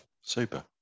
Super